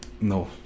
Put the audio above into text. No